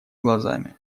глазами